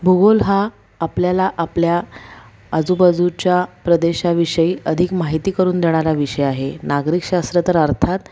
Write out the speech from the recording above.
भूगोल हा आपल्याला आपल्या आजूबाजूच्या प्रदेशाविषयी अधिक माहिती करून देणारा विषय आहे नागरिक शास्त्र तर अर्थात